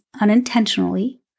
unintentionally